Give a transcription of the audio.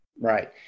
Right